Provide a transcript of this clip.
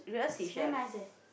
it's very nice eh